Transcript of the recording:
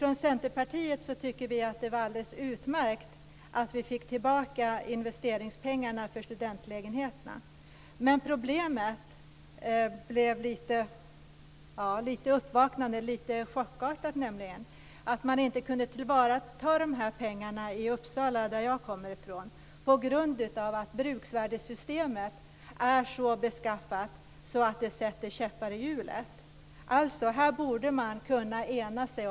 Från Centerpartiet tycker vi att det var alldeles utmärkt att vi fick tillbaka investeringspengarna för studentlägenheterna. Men uppvaknandet blev lite chockartat. Man kunde i Uppsala, där jag kommer ifrån, inte ta till vara pengarna på grund av att bruksvärdessystemet är så beskaffat att det sätter käppar i hjulet. Här borde man kunna ena sig.